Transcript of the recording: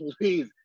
please